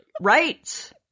Right